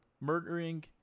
murdering